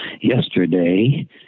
yesterday